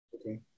okay